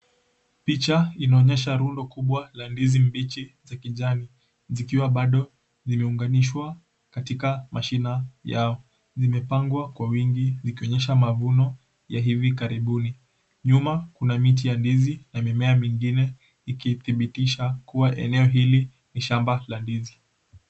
Picha inaonyesha rundo kubwa la ndizi mbichi za kijani zikiwa bado zimeunganishwa katika mashina yao, zimepangwa kwa wingi ikionyesha mavuno ya hivi karibuni. Nyuma kuna miti ya ndizi na mimea mingine ikithibitisha kuwa eneo hili ni shamba la ndizi.